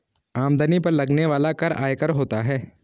आमदनी पर लगने वाला कर आयकर होता है